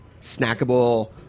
snackable